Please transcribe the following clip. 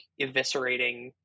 eviscerating